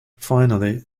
finally